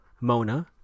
Mona